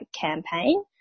campaign